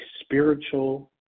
spiritual